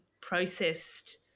processed